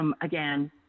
again